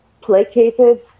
placated